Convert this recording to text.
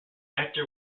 actor